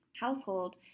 household